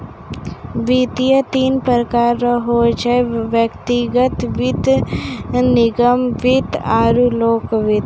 वित्त तीन प्रकार रो होय छै व्यक्तिगत वित्त निगम वित्त आरु लोक वित्त